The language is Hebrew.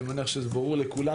אני מניח שזה ברור לכולנו,